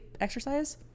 exercise